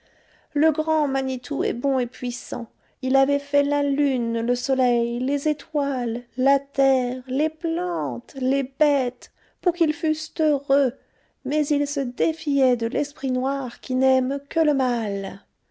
le grand manitou est bon et puissant il avait fait la lune le soleil les étoiles la terre les plantes les bêtes pour qu'ils fussent heureux mais il se défiait de l'esprit noir qui n'aime que le mal